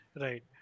Right